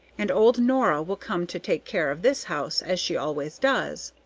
and old nora will come to take care of this house, as she always does.